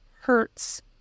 hurts